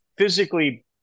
physically